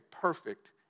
perfect